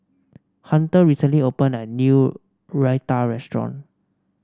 Hunter recently opened a new Raita Restaurant